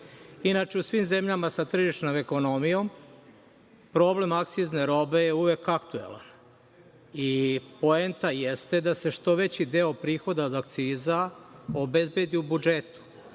Inače, u svim zemljama sa tržišnom ekonomijom problem akcizne robe je uvek aktuelan i poenta jeste da se što veći deo prihoda od akciza obezbedi u budžetu,